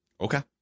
Okay